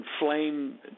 inflame